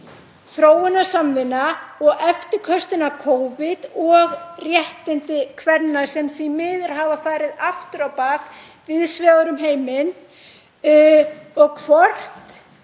þróunarsamvinna og eftirköstin af Covid og réttindi kvenna, sem því miður hafa farið aftur á bak víðs vegar um heiminn, og hvort